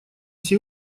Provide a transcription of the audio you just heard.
все